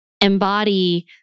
embody